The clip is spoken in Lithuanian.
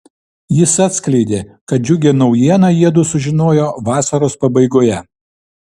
jis atskleidė kad džiugią naujieną jiedu sužinojo vasaros pabaigoje